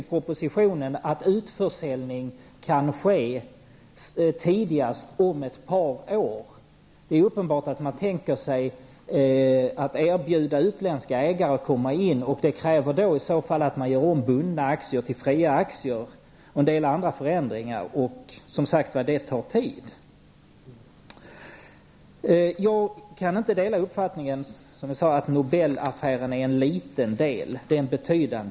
I propositionen sägs att en utförsäljning kan ske tidigast om ett par år. Uppenbarligen ser man framför sig möjligheten att erbjuda utländska ägare att komma med i bilden. Det kräver i så fall att bundna aktier görs om till fria aktier tillsammans med en del andra förändringar som görs, och det tar som sagt tid. Jag kan inte dela uppfattningen att Nobellaffären är en liten del av Nordbankens problem.